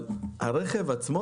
לגבי הרכב עצמו,